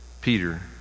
Peter